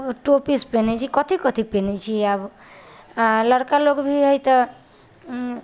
to piece पहिनै छै कथि कथि पहिनै छै आब आओर लड़िका लोग भी हय तऽ उ